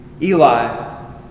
Eli